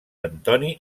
antoni